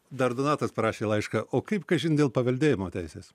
dar donatas parašė laišką o kaip kažin dėl paveldėjimo teisės